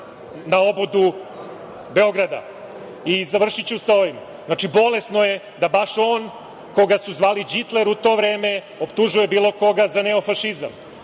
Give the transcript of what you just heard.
na obodu Beograda. Završiću sa ovim. Znači, bolesno je da baš on koga su zvali đitler u to vreme, optužuje bilo koga za neofašizam.